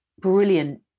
brilliant